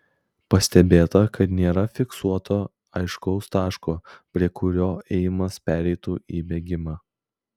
pastebėta kad nėra fiksuoto aiškaus taško prie kurio ėjimas pereitų į bėgimą